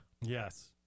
Yes